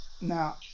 now